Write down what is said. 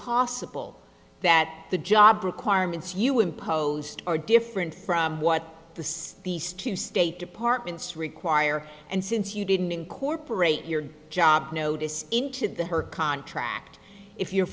possible that the job requirements you imposed are different from what the said these two state departments require and since you didn't incorporate your job notice into the her contract if you're